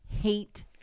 hate